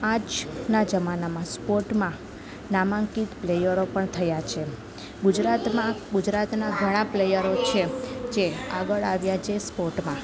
આજના જમાનામાં સ્પોર્ટમાં નામાંકિત પ્લેયરો પણ થયાં છે ગુજરાતમાં ગુજરાતનાં ઘણાં પ્લેયરો છે જે આગળ આવ્યાં છે સ્પોર્ટમાં